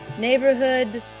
neighborhood